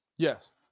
Yes